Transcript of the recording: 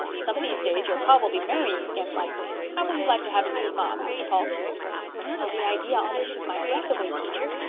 some of these days your pa will be marrying again likely. how will you like to have a new ma, master paul well, the idea almost took my breath away, teacher,